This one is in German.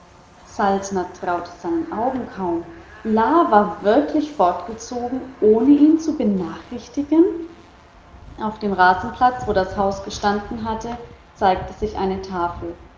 traute seinen augen kaum la war wirklich fortgezogen ohne ihn zu benachrichtigen auf dem rasenplatz wo das haus gestanden hatte zeigte sich eine tafel